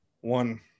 one